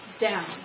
down